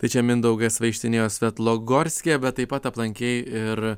tai čia mindaugas vaikštinėjo svetlogorske bet taip pat aplankei ir